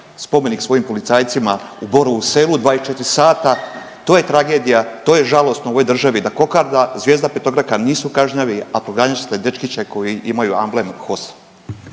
spomenik svojim policajcima u Borovu Selu 24 sata. To je tragedija, to je žalosno u ovoj državi da kokarda, zvijezda petokraka nisu kažnjivi, a proganjat ćete dečkiće koji imaju amblem HOS.